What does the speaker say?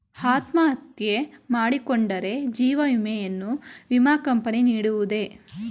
ಅತ್ಮಹತ್ಯೆ ಮಾಡಿಕೊಂಡರೆ ಜೀವ ವಿಮೆಯನ್ನು ವಿಮಾ ಕಂಪನಿ ನೀಡುವುದೇ?